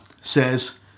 says